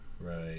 Right